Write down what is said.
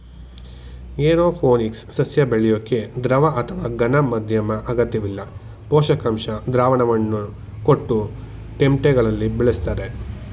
aeroponics ಸಸ್ಯ ಬೆಳ್ಯೋಕೆ ದ್ರವ ಅಥವಾ ಘನ ಮಾಧ್ಯಮ ಅಗತ್ಯವಿಲ್ಲ ಪೋಷಕಾಂಶ ದ್ರಾವಣವನ್ನು ಕೊಟ್ಟು ಟೆಂಟ್ಬೆಗಳಲ್ಲಿ ಬೆಳಿಸ್ತರೆ